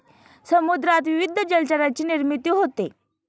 समुद्रात विविध जलचरांची निर्मिती होते